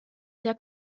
der